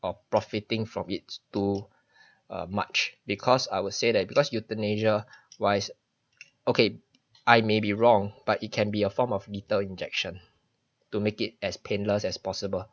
or profiting from it's too uh much because I will say that because euthanasia wise okay I may be wrong but it can be a form of lethal injection to make it as painless as possible